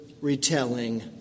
retelling